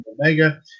Omega